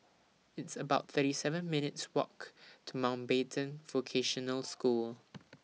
It's about thirty seven minutes' Walk to Mountbatten Vocational School